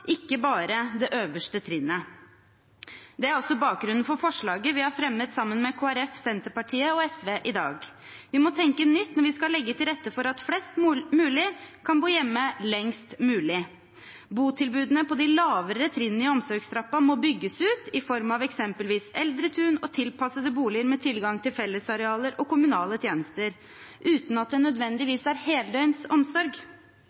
ikke bare det øverste trinnet. Det er også bakgrunnen for forslaget vi har fremmet sammen med Kristelig Folkeparti, Senterpartiet og SV i dag. Vi må tenke nytt når vi skal legge til rette for at flest mulig kan bo hjemme lengst mulig. Botilbudene på de lavere trinnene i omsorgstrappa må bygges ut, i form av eksempelvis eldretun og tilpassede boliger med tilgang til fellesarealer og kommunale tjenester, uten at det